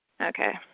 Okay